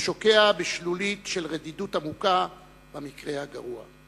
או שוקע בשלולית של רדידות עמוקה במקרה הגרוע.